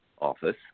office